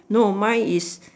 no mine is